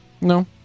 No